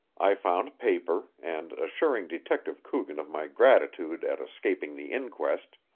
i found paper, and, assuring detective coogan of my gratitude at escaping the inquest,